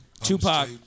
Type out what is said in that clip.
Tupac